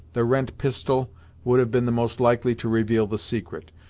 the rent pistol would have been the most likely to reveal the secret,